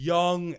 Young